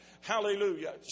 Hallelujah